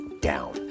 down